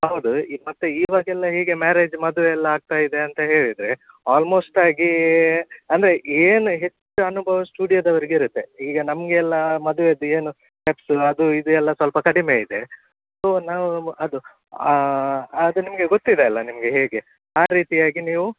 ಹೌದು ಇ ಮತ್ತು ಇವಾಗೆಲ್ಲ ಹೇಗೆ ಮ್ಯಾರೇಜ್ ಮದುವೆಯೆಲ್ಲ ಆಗ್ತಾ ಇದೆ ಅಂತ ಹೇಳಿದರೆ ಆಲ್ಮೋಸ್ಟಾಗಿ ಅಂದರೆ ಏನು ಹೆಚ್ಚು ಅನುಭವ ಸ್ಟುಡಿಯೋದವ್ರಿಗೆ ಇರುತ್ತೆ ಈಗ ನಮ್ಗೆ ಎಲ್ಲ ಮದುವೆದ್ದು ಏನು ಖರ್ಚು ಅದು ಇದು ಎಲ್ಲ ಸ್ವಲ್ಪ ಕಡಿಮೆ ಇದೆ ಸೊ ನಾವು ಅದು ಅದು ನಿಮಗೆ ಗೊತ್ತಿದೆ ಅಲ್ವ ನಿಮಗೆ ಹೇಗೆ ಆ ರೀತಿಯಾಗಿ ನೀವು